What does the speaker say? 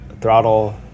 throttle